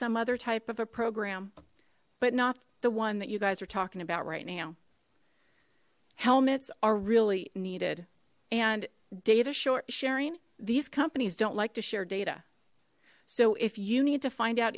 some other type of a program but not the one that you guys are talking about right now helmets are really needed and data short sharing these companies don't like to share data so if you need to find out